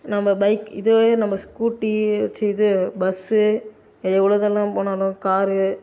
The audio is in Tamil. நம்ம பைக் இதுவே நம்ம ஸ்கூட்டி ச்சீ இது பஸ்ஸு எவ்வளோ தூரம் போனாலும் காரு